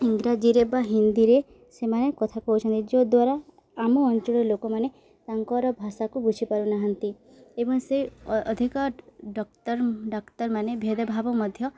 ଇଂରାଜୀରେ ବା ହିନ୍ଦୀରେ ସେମାନେ କଥା କହୁଛନ୍ତି ଯଦ୍ୱାରା ଆମ ଅଞ୍ଚଳର ଲୋକମାନେ ତାଙ୍କର ଭାଷାକୁ ବୁଝିପାରୁନାହାନ୍ତି ଏବଂ ସେ ଅଧିକ ଡାକ୍ତର ଡାକ୍ତରମାନେ ଭେଦଭାବ ମଧ୍ୟ